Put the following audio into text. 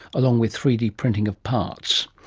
along with three d printing of parts.